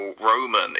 Roman